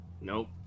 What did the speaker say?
nope